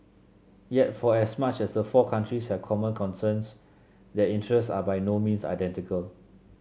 yet for as much as the four countries have common concerns their interests are by no means identical